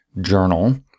journal